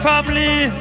family